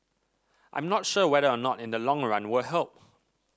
I'm not sure whether or not in the long run will help